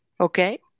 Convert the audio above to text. Okay